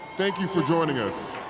thank you for joining us.